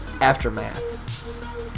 aftermath